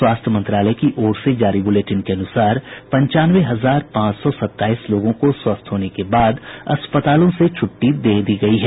स्वास्थ्य मंत्रालय की ओर से जारी बुलेटिन के अनुसार पचानवे हजार पांच सौ सताईस लोगों को स्वस्थ होने के बाद अस्पतालों से छुट्टी दे दी गयी है